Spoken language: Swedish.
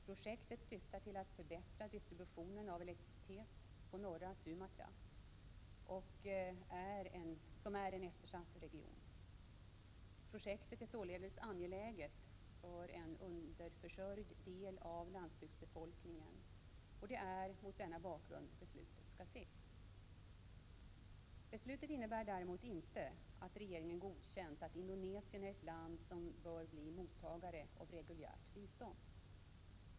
Projektet syftar till att förbättra distributionen av elektricitet på norra Sumatra, som är en eftersatt region. Projektet är således angeläget för en underförsörjd del av landsbygdsbefolkningen, och det är mot denna bakgrund beslutet skall ses. Beslutet innebär däremot inte att regeringen godkänt att Indonesien är ett land som bör bli mottagare av ett reguljärt bistånd.